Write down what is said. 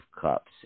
cups